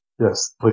Yes